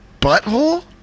butthole